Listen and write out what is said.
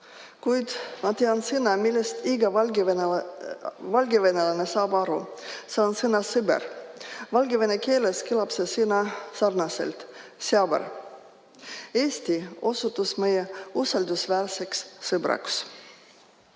kuid ma tean sõna, millest iga valgevenelane aru saab. See on "sõber". Valgevene keeles kõlab see sõna sarnaselt:sjabar. Eesti on osutunud meie usaldusväärseks sõbraks.